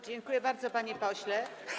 Dziękuję bardzo, panie pośle.